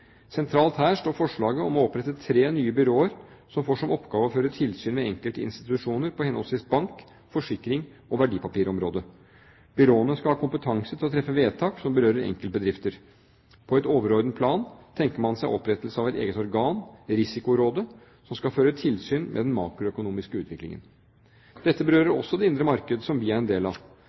Sentralt her står forslaget om å opprette tre nye byråer som får som oppgave å føre tilsyn med enkeltinstitusjoner på henholdsvis bank-, forsikrings- og verdipapirområdet. Byråene skal ha kompetanse til å treffe vedtak som berører enkeltbedrifter. På et overordnet plan tenker man seg opprettelse av et eget organ, Risikorådet, som skal føre tilsyn med den makroøkonomiske utviklingen. Dette berører også det indre markedet, som vi er en del av.